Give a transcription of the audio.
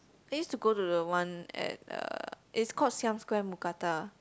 I used to go to the one at uh is called Siam-square mookata